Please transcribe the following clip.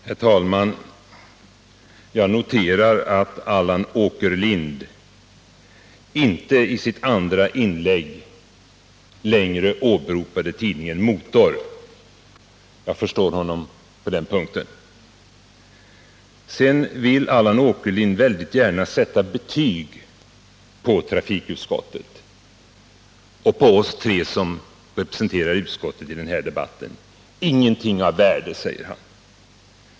Herr talman! Jag noterar att Allan Åkerlind i sitt andra inlägg inte längre åberopade tidningen Motor, och jag förstår honom på den punkten. Allan Åkerlind vill väldigt gärna sätta betyg på trafikutskottet och på oss tre som representerar utskottet i den här debatten. Vi har inte sagt någonting av värde, säger han.